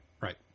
Right